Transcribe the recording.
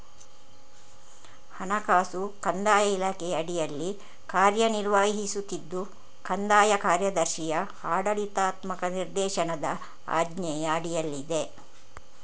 ಹಣಕಾಸು ಕಂದಾಯ ಇಲಾಖೆಯ ಅಡಿಯಲ್ಲಿ ಕಾರ್ಯ ನಿರ್ವಹಿಸುತ್ತಿದ್ದು ಕಂದಾಯ ಕಾರ್ಯದರ್ಶಿಯ ಆಡಳಿತಾತ್ಮಕ ನಿರ್ದೇಶನದ ಆಜ್ಞೆಯ ಅಡಿಯಲ್ಲಿದೆ